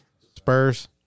Spurs